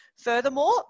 Furthermore